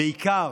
בעיקר,